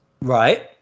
Right